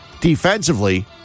defensively